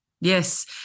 yes